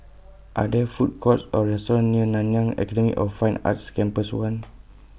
Are There Food Courts Or restaurants near Nanyang Academy of Fine Arts Campus one